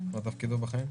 מה תפקידו בחיים?